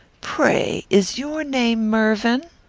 pray, is your name mervyn?